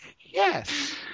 yes